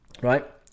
Right